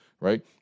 right